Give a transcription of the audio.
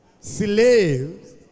Slaves